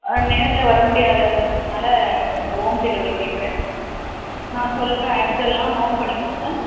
ஆ நேரில் வர முடியாதுன்றதுனால் ஹோம் டெலிவரி கேட்குறேன் நான் சொல்கிற ஐட்டமெலாம் நோட் பண்ணிக்கோங்க